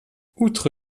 outre